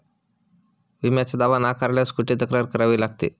विम्याचा दावा नाकारल्यास कुठे तक्रार करावी लागते?